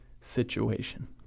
situation